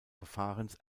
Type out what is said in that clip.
verfahrens